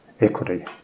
equity